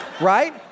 Right